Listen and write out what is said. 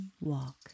walk